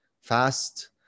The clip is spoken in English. fast